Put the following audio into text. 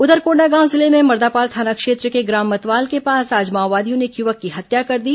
उधर कोंडागांव जिले में मर्दापाल थाना क्षेत्र के ग्राम मतवाल के पास आज माओवादियों ने एक युवक की हत्या कर दी